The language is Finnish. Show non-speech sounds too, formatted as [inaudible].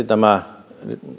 [unintelligible] tämä